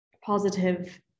positive